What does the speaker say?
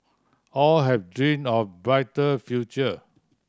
all had dream of brighter future